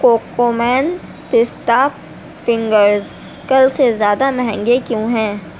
cocoa مین پستہ fingers کل سے زیادہ مہنگے کیوں ہیں